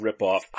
ripoff